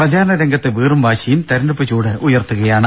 പ്രചാരണ രംഗത്തെ വീറും വാശിയും തെരഞ്ഞെടുപ്പ് ചൂട് ഉയർത്തുകയാണ്